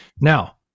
Now